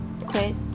quit